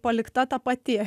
palikta ta pati